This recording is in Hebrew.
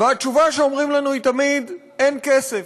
והתשובה שאומרים לנו היא תמיד: אין כסף.